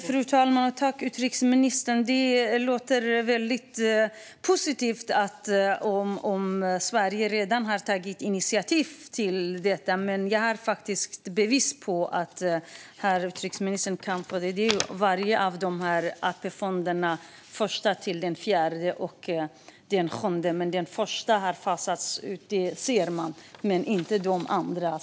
Fru talman! Tack, utrikesministern! Det är positivt om Sverige redan har tagit initiativ till detta. Men jag har faktiskt bevis - utrikesministern kan få det - på att det i en del av de här fonderna snarare har ökat. På papperet jag håller i handen kan man se siffrorna för Första-Fjärde AP-fonderna och för Sjunde AP-fonden.